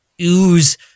ooze